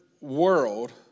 world